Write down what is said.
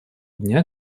дня